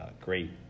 great